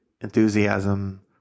enthusiasm